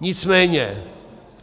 Nicméně